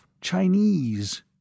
Chinese